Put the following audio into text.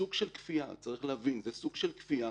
צריך להבין, זה סוג של כפייה.